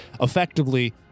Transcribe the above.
effectively